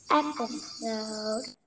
episode